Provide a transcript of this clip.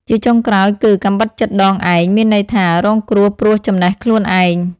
ជាចុងក្រោយគឺ កាំបិតចិតដងឯង មានន័យថា រងគ្រោះព្រោះចំណេះខ្លួនឯង ។